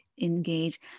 engage